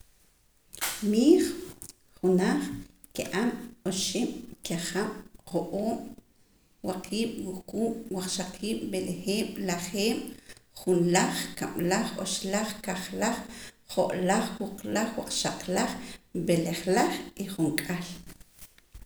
Miij junaj kiam oxib' kiajab' jo'oob' waqiib' wuquub' waqxaqiib' b'elejeeb' lajeeb' junlaj kab'laj oxlaj kajlaj jo'laj waqlaj wuqlaj waqxaqlaj b'elejlaj junk'ahl